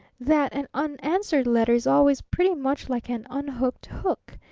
that an unanswered letter is always pretty much like an unhooked hook.